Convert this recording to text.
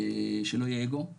שלא יהיה אגו,